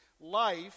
life